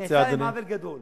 זה עושה להם עוול גדול.